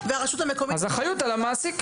האחריות על המעסיק.